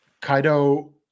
Kaido